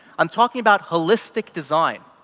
i'm talking about holistic design.